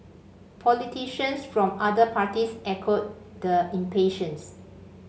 politicians from other parties echoed the impatience